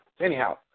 Anyhow